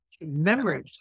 memories